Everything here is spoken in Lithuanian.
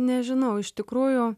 nežinau iš tikrųjų